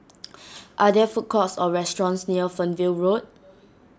are there food courts or restaurants near Fernvale Road